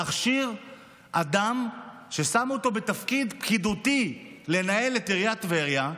להכשיר אדם ששמו אותו בתפקיד פקידותי לנהל את עיריית טבריה,